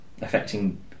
Affecting